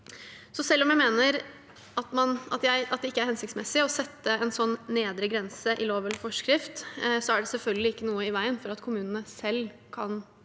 Selv om jeg mener at det ikke er hensiktsmessig å sette en nedre grense i lov eller forskrift, er det selvfølgelig ikke noe i veien for at kommunene selv kan